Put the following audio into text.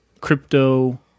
crypto